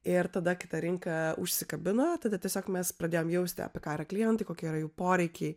ir tada kai ta rinka užsikabino tada tiesiog mes pradėjom jausti apie ką yra klientai kokie yra jų poreikiai